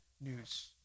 news